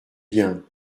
bien